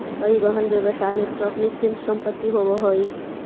परिवहन व्यवसाय में ट्रक निश्चित संपत्ति होवऽ हई